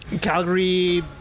Calgary